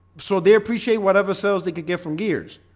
so they appreciate whatever sells they could get from gears.